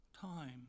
time